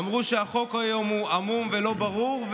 הם אמרו שהחוק היום עמום ולא ברור,